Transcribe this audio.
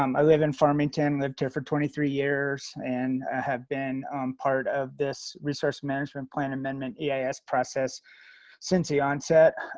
um i live in farmington, lived here for twenty three years, and i have been part of this resource management plan amendment yeah eis process since the onset.